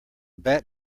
bat